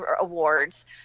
awards